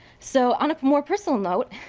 so on a more personal note,